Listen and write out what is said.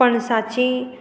पणसाची